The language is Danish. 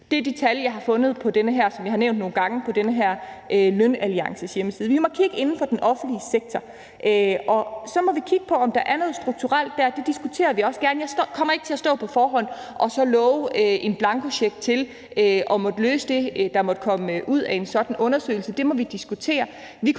det gør de tal, jeg har fundet på den her hjemmeside for Ligelønsalliancen, og som jeg har nævnt et par gange. Vi må kigge inden for den offentlige sektor, og så må vi kigge på, om der er noget strukturelt dér, og det diskuterer vi også gerne. Jeg kommer ikke til at stå på forhånd og love en blankocheck til at måtte løse det, der måtte komme ud af en sådan undersøgelse. Det må vi diskutere.